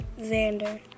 Xander